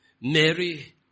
Mary